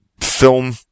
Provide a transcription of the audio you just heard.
film